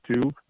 two